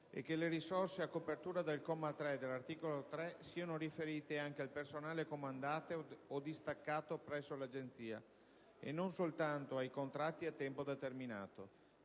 e che le risorse a copertura del comma 3 dell'articolo 3 siano riferite anche al personale comandato o distaccato presso l'Agenzia e non soltanto ai contratti a tempo determinato.